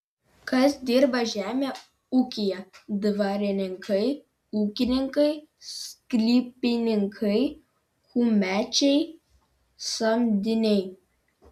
kas dirba žemę ūkyje dvarininkai ūkininkai sklypininkai kumečiai samdiniai